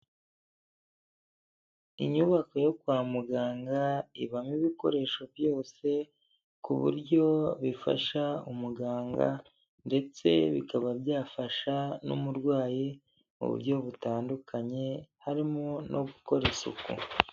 Inyubako yo kwa muganga ibamo ibikoresho byose ku buryo bifasha umuganga ndetse bikaba byafasha n'umurwayi, mu buryo butandukanye, harimo no gukora isuku.